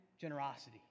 generosity